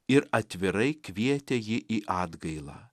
ir atvirai kvietė jį į atgailą